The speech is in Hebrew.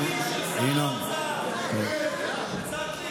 תן להתאושש מהשקרים של שר האוצר.